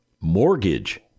mortgage